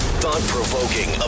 thought-provoking